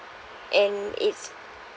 and it's